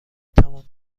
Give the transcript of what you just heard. تمام